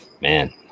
man